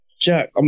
Jack